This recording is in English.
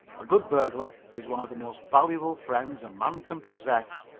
a good burglar is one of the most valuable friends a man can possess.